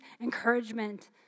encouragement